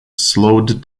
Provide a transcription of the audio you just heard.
slowed